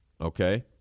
Okay